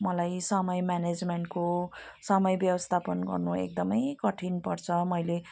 मलाई समय म्यानेजमेन्टको समय व्यवस्थापन गर्नु एकदमै कठिन पर्छ